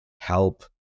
help